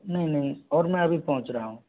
नहीं नहीं और मैं अभी पहुँच रहा हूँ